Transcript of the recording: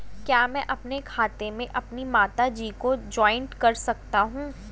क्या मैं अपने खाते में अपनी माता जी को जॉइंट कर सकता हूँ?